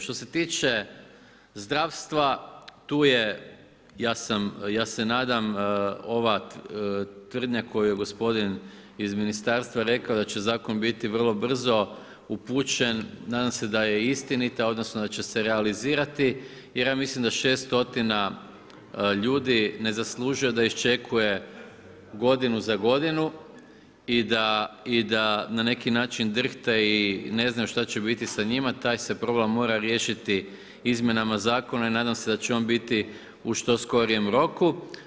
Što se tiče zdravstva, tu je, ja se nadam ova tvrdnja koju je gospodin iz ministarstva da će zakon biti vrlo brzo upućen, nadam se da je istinita odnosno da će se realizirati jer ja mislim da 600 ljudi ne zaslužuje da iščekuje godinu za godinu i da na neki način drhte i ne znaju što će biti sa njima, taj se problem mora riješiti izmjenama zakona i nadam se da će on biti u što skorijem roku.